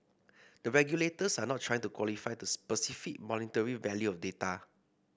the regulators are not trying to quantify the specific monetary value of data